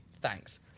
Thanks